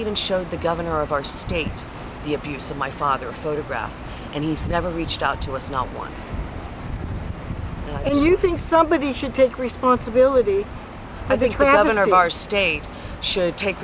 even showed the governor of our state the abuse of my father photograph and he's never reached out to us not once and you think somebody should take responsibility i think the governor of our state should take